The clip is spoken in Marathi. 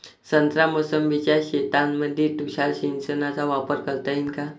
संत्रा मोसंबीच्या शेतामंदी तुषार सिंचनचा वापर करता येईन का?